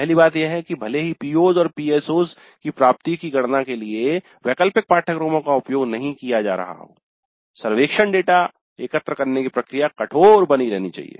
पहली बात यह है कि भले ही PO's और PSO's की प्राप्ति की गणना के लिए वैकल्पिक पाठ्यक्रमों का उपयोग नहीं किया जा रहा हो सर्वेक्षण डेटा एकत्र करने की प्रक्रिया कठोर बनी रहनी चाहिए